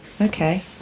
Okay